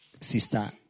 sister